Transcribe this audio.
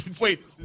Wait